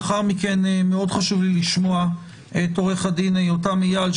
לאחר מכן חשוב לי מאוד לשמוע את עוה"ד יותם אייל,